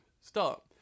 start